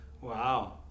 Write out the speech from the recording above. Wow